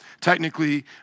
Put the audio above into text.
technically